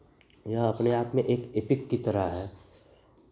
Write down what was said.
यह अपने आप में एक एपिक की तरह है